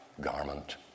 garment